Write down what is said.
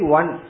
one